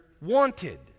wanted